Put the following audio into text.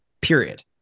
period